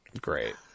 Great